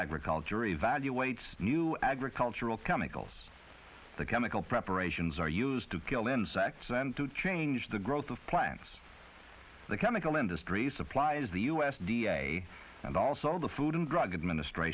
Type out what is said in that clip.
agriculture evaluates new agricultural chemicals the chemical preparations are used to kill insects and to change the growth of plants the chemical industry supplies the u s d a and also the food and drug administr